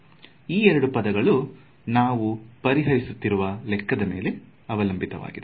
ಈ ಎರಡು ಪದಗಳು ನಾವು ನಾವು ಪರಿಹರಿಸುತ್ತಿರುವ ಲೆಕ್ಕದ ಮೇಲೆ ಅವಲಂಬಿತವಾಗಿವೆ